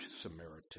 Samaritan